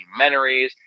documentaries